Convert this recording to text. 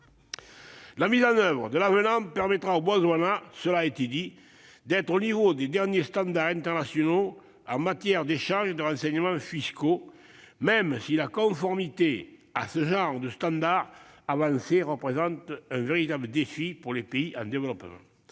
La mise en oeuvre de l'avenant permettra au Botswana, cela a été dit, d'être au niveau des derniers standards internationaux en matière d'échange de renseignements fiscaux, même si la conformité à ce genre de standards avancés représente un véritable défi pour les pays en développement.